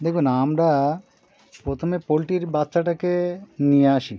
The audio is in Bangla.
দেখুন আমরা প্রথমে পোলট্রির বাচ্চাটাকে নিয়ে আসি